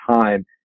time